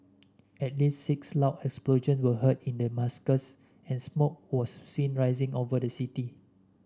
at least six loud explosion were heard in Damascus and smoke was seen rising over the city